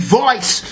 voice